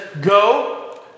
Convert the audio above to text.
Go